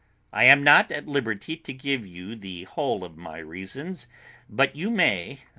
i am not at liberty to give you the whole of my reasons but you may,